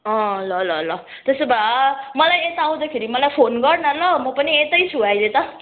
अँ ल ल ल त्यसो भए मलाई यता आउँदाखेरि मलाई फोन गर् न ल म पनि यतै छु अहिले त